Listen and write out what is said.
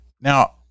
Now